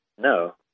No